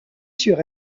sur